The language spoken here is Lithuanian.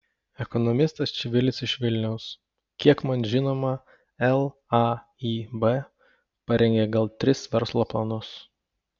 ekonomistas čivilis iš vilniaus kiek man žinoma laib parengė gal tris verslo planus